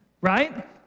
Right